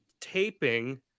taping